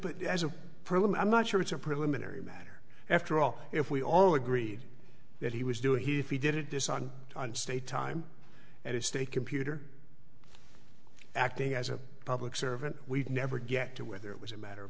problem i'm not sure it's a preliminary matter after all if we all agreed that he was doing he if he did this on on state time and state computer acting as a public servant we'd never get to whether it was a matter of